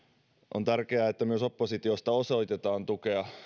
on tärkeää että myös oppositiosta osoitetaan tukea